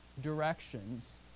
directions